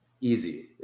easy